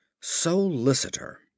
solicitor